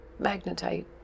Magnetite